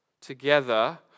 together